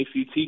ACT